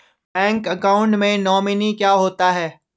Bank account में nominee क्या होता है?